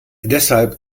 deshalb